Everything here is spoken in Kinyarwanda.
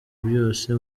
byose